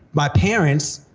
my parents,